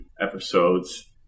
episodes